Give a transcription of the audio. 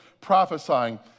prophesying